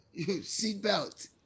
seatbelt